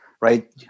right